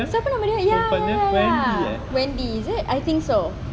siapa nama dia eh ya ya ya wendy is it I think so